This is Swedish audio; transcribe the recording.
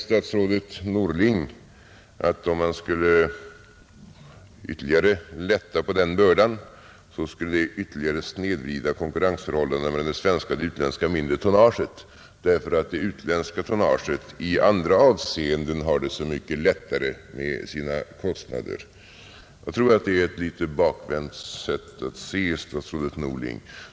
Statsrådet Norling säger att om man ytterligare skulle lätta på den bördan skulle det ännu mera snedvrida konkurrensförhållandena mellan det svenska och det utländska mindre tonnaget, därför att det utländska tonnaget i andra avseenden har det så mycket lättare med avseende på sina kostnader. Jag tror att detta är ett litet bakvänt sätt att se på saken, statsrådet Norling.